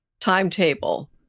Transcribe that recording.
timetable